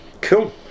Cool